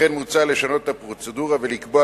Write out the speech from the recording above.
לכן מוצע לשנות את הפרוצדורה ולקבוע